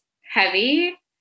heavy